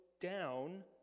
down